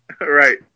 Right